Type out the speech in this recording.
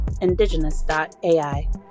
indigenous.ai